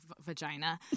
vagina